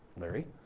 Larry